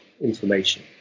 information